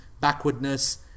backwardness